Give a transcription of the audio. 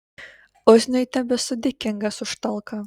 uzniui tebesu dėkingas už talką